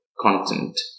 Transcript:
content